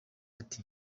ati